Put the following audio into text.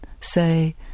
say